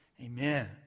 Amen